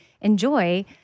enjoy